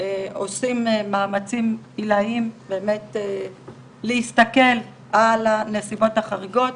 עושים מאמצים עילאיים באמת להסתכל על הנסיבות החריגות,